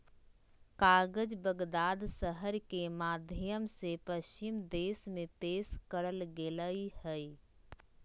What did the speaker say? कागज बगदाद शहर के माध्यम से पश्चिम देश में पेश करल गेलय हइ